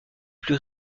plus